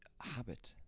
habit